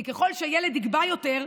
כי ככל שהילד יגבה יותר,